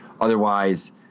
Otherwise